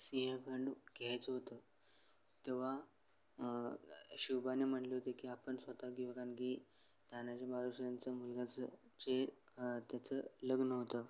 सिंहखंड घ्यायचं होतं तेव्हा शिवबाने म्हटले होते की आपण स्वतः घेऊ कारण की तानाजी महाराजांचं मुलगाचं जे त्याचं लग्न होतं